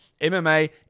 MMA